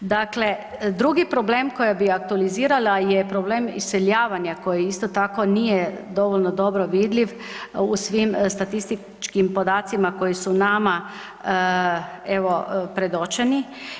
Dakle, drugi problem koji bi aktualizirala je problem iseljavanja koji isto tako nije dovoljno dobro vidljiv u svim statističkim podacima koji su nama evo predočeni.